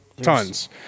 tons